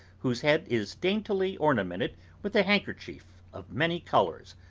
whose head is daintily ornamented with a handkerchief of many colours.